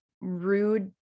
rude